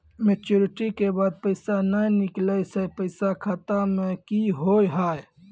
Maturity के बाद पैसा नए निकले से पैसा खाता मे की होव हाय?